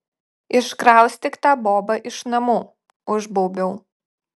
iškraustyk tą bobą iš namų užbaubiau